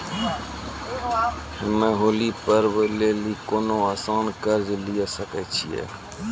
हम्मय होली पर्व लेली कोनो आसान कर्ज लिये सकय छियै?